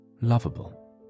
lovable